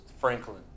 Franklin